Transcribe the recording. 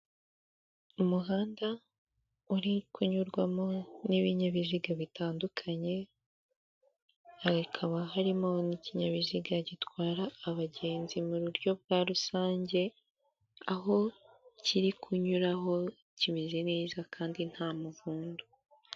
Umuhanda uri kunyurwamo n'ibinyabiziga bitandukanye, hakaba harimo n'ikinyabiziga gitwara abagenzi mu buryo bwa rusange aho kiri kunyuraho kimeze neza kandi nta muvundo.